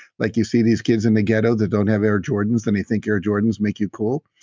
like you see these kids in the ghetto that don't have air jordans and you think air jordans make you cool.